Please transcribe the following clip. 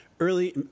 Early